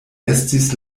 estis